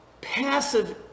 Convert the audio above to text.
passive